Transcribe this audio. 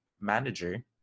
manager